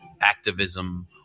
activism